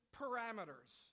parameters